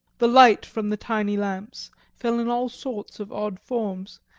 the light from the tiny lamps fell in all sorts of odd forms,